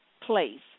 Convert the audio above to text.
place